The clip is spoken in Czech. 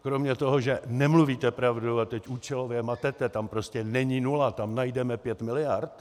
Kromě toho, že nemluvíte pravdu a teď účelově matete, tam prostě není nula, tam najdeme pět miliard...